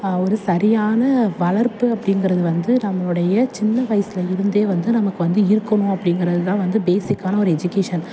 ஒரு சரியான வளர்ப்பு அப்படிங்கிறது வந்து நம்மளுடைய சின்ன வயசில் இருந்தே வந்து நமக்கு வந்து இருக்கணும் அப்படிங்கிறது தான் வந்து பேஸிக்கான ஒரு எஜுகேஷன்